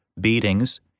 beatings